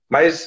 Mas